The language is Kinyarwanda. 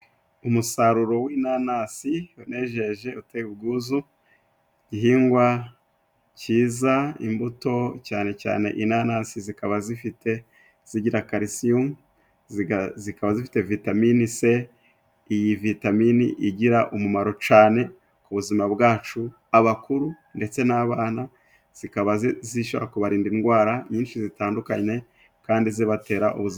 Umusaruro w'inanasi unejeje uteye ubwuzu, igihingwa kiza imbuto cyane cyane inanasi zikaba zifite zigira karisiyumu zikaba zifite vitaminini se. Iyi vitaminini igira umumaro cane ku buzima bwacu abakuru ndetse n'abana zikaba zishobora kubarinda indwara nyinshi zitandukanye kandi zibatera ubuzima.